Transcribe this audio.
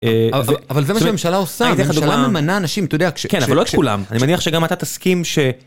אבל זה מה שהממשלה עושה, הממשלה ממנה אנשים, אתה יודע, כש... כן, אבל לא כולם. אני מניח שגם אתה תסכים ש...